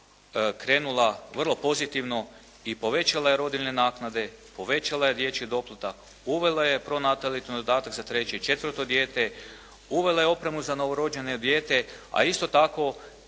krenula vrlo pozitivno i povećala je rodiljne naknade, povećala je dječji doplatak, uvela je pronatalitetni dodatak za treće i četvrto dijete, uvela je opremu za novorođeno dijete, a isto tako